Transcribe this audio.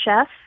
Chef